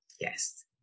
Yes